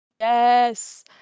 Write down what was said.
Yes